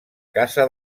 casa